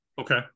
okay